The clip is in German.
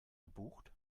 gebucht